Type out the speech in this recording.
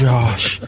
Josh